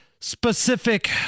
specific